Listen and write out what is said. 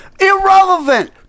Irrelevant